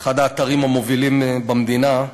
אחד האתרים המובילים במדינה,